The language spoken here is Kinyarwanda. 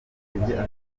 yikorera